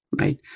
right